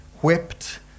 whipped